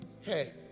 Hey